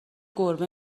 گربه